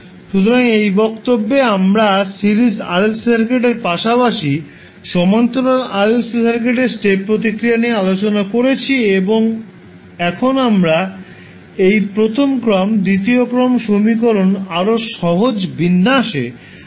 সুতরাং এই বক্তব্যে আমরা সিরিজ RLC সার্কিটের পাশাপাশি সমান্তরাল RLC সার্কিটের স্টেপ প্রতিক্রিয়া নিয়ে আলোচনা করেছি এবং এখন আমরা এই প্রথম ক্রম দ্বিতীয় ক্রম সমীকরণ আরও সহজ বিন্যাসে সমাধানের কথা ভেবেছি